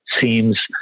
seems